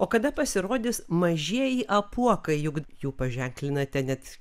o kada pasirodys mažieji apuokai juk jų paženklinate net